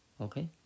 Okay